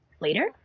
later